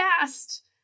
fast